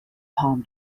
palm